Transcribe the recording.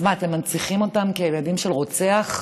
אז מה, אתם מנציחים אותם כילדים של רוצח?